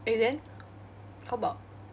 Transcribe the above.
eh then how about